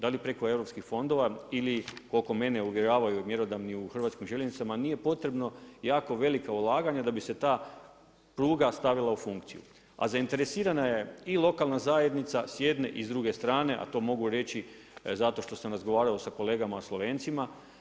Da li preko europskih fondova ili koliko mene uvjeravaju mjerodavni u HŽ, nije potrebno jako velika ulaganja da bi se ta pruga stavila u funkciju, a zainteresirana i lokalna zajednica s jedne i s druge strane, a to mogu reći zato što sam razgovarao s kolegama Slovencima.